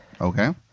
Okay